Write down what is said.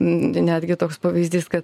netgi toks pavyzdys kad